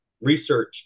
research